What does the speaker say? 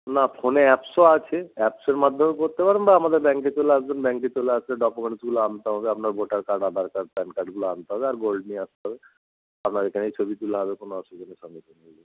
না ফোনে অ্যাপসও আছে অ্যাপসের মাধ্যমেও করতে পারেন বা আমাদের ব্যাঙ্কে চলে আসবেন ব্যাঙ্কে চলে আসলে ডকুমেন্টসগুলো আনতে হবে আপনার voter card Aadhaar card PAN কার্ডগুলো আনতে হবে আর গোল্ড নিয়ে আসতে হবে আপনার এখানেই ছবি তোলা হবে কোনো অসুবিধা